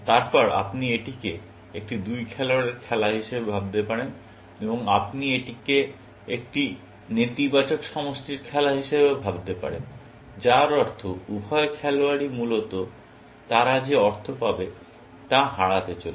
তারপরে আপনি এটিকে একটি দুই খেলোয়াড়ের খেলা হিসাবে ভাবতে পারেন এবং আপনি এটিকে একটি নেতিবাচক সমষ্টির খেলা হিসাবেও ভাবতে পারেন যার অর্থ উভয় খেলোয়াড়ই মূলত তারা যে অর্থ পাবে তা হারাতে চলেছে